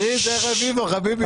תראי, זה רביבו, חביבי.